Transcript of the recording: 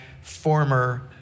former